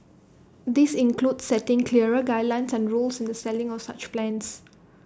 this includes setting clearer guidelines and rules in the selling of such plans